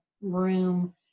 room